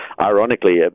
ironically